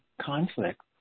conflict